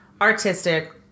artistic